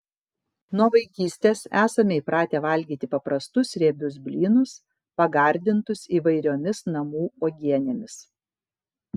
nuo vaikystės esame įpratę valgyti paprastus riebius blynus pagardintus įvairiomis namų uogienėmis